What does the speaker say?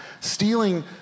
Stealing